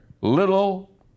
little